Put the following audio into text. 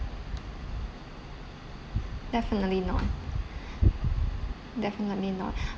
definitely not definitely not